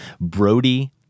Brody